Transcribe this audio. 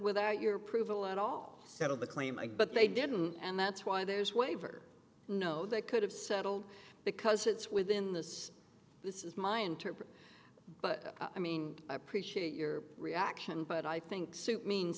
without your approval at all the claim but they didn't and that's why there's waiver no they could have settled because it's within this this is my interpret but i mean i appreciate your reaction but i think suit means